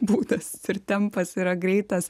būdas ir tempas yra greitas